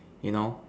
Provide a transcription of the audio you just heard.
you know